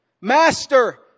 Master